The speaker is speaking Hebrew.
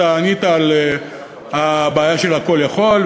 אתה ענית על הבעיה של "Call יכול",